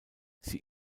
sie